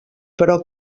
però